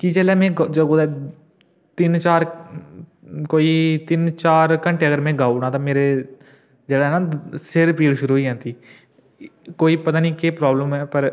कि जेल्लै में जे कुतै तिन्न चार कोई तिन्न चार घैंटे अगर में गाई ओड़ां ते मेरे जेह्ड़ा ऐ नां सिर पीड़ शुरु होई जंदी कोई पता निं केह् प्राब्लम ऐ पर